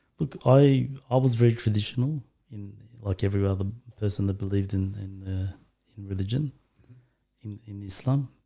look i i was very traditional in like every other person that believed in in in religion in in islam,